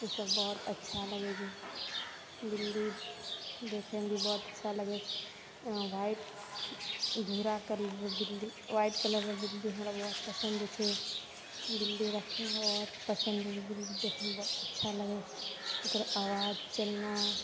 ई सभ बहुत अच्छा लगै छै बिल्ली देखैमे भी बहुत अच्छा लगै छै ह्वाइट भूरा कलरके बिल्ली ह्वाइट कलरके बिल्ली हमरा बहुत पसन्द छै बिल्ली रखनाइ बहुत पसन्द छै बिल्ली देखैमे अच्छा लगै छै ओकरा आवाज चलना